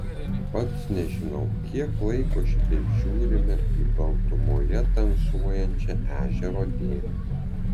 pats nežinau kiek laiko šitaip žiūrime į baltumoje tamsuojančią ežero dėmę